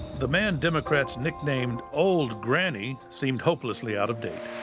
the man democrats nicknamed old granny seemed hopelessly out of date.